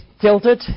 tilted